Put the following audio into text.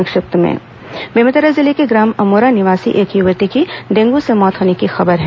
संक्षिप्त समाचार बेमेतरा जिले के ग्राम अमोरा निवासी एक युवती की डेंगू से मौत होने की खबर है